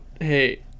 hey